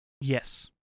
Yes